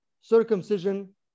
circumcision